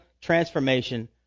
transformation